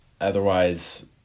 Otherwise